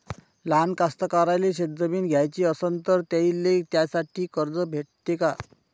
लहान कास्तकाराइले शेतजमीन घ्याची असन तर त्याईले त्यासाठी कर्ज भेटते का?